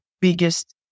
biggest